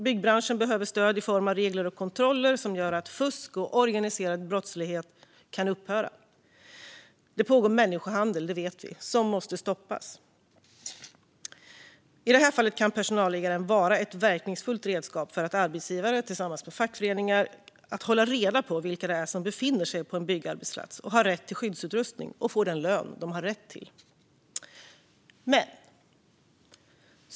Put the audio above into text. Byggbranschen behöver stöd i form av regler och kontroller som gör att fusk och organiserad brottslighet kan upphöra. Det pågår människohandel - det vet vi - som måste stoppas. I det här fallet kan personalliggaren vara ett verkningsfullt redskap för arbetsgivare att tillsammans med fackföreningar hålla reda på vilka som befinner sig på en byggarbetsplats och att de har rätt skyddsutrustning och får den lön de har rätt till.